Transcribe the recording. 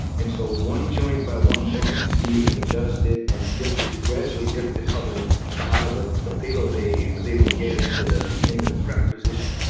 and so one joint by one joint, steve, adjusted and lifted, gradually lifted hubble out of the the payload bay and was able to get it into the into the prep position.